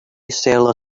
seller